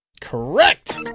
Correct